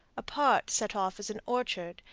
a part set off as an orchard,